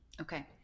Okay